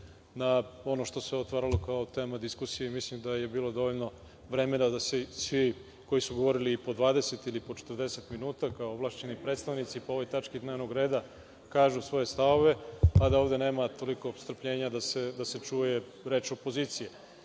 na ono što se otvaralo kao tema diskusije. Mislim da je bilo dovoljno vremena da svi koji su govorili po 20 ili po 40 minuta, kao ovlašćeni predstavnici po ovoj tački dnevnog reda, kažu svoje stavove. Valjda ovde nema toliko strpljenja da se čuje reč opozicije. Mislim